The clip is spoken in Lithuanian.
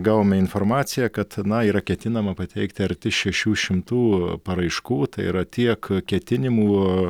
gavome informaciją kad na yra ketinama pateikti arti šešių šimtų paraiškų tai yra tiek ketinimų